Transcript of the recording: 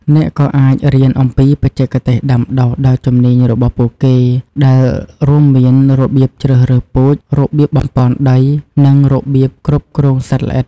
អ្នកក៏អាចរៀនអំពីបច្ចេកទេសដាំដុះដ៏ជំនាញរបស់ពួកគេ ដែលរួមមានរបៀបជ្រើសរើសពូជ របៀបបំប៉នដី និងរបៀបគ្រប់គ្រងសត្វល្អិត។